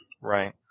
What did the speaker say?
Right